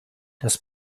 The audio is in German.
das